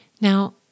Now